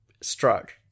struck